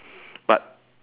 but